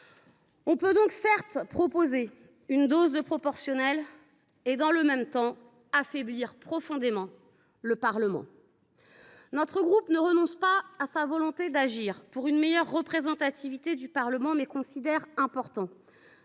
On peut donc proposer une dose de proportionnelle, et dans le même temps, affaiblir profondément le Parlement. Si notre groupe ne renonce pas à sa volonté d’agir en faveur d’une meilleure représentativité du Parlement, il estime important